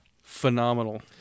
Phenomenal